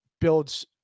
builds